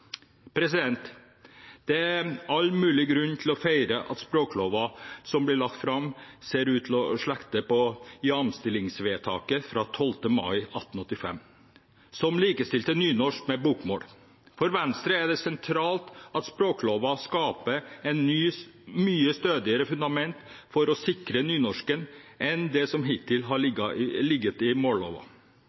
Det er all mulig grunn til å feire at språkloven som blir lagt fram, ser ut til å slekte på jamstillingsvedtaket fra 12. mai 1885, som likestilte nynorsk med bokmål. For Venstre er det sentralt at språkloven skaper et mye stødigere fundament for å sikre nynorsken enn det som hittil har ligget i